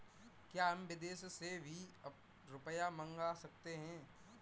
क्या हम विदेश से भी अपना रुपया मंगा सकते हैं?